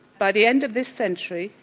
by the end of this century,